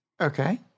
Okay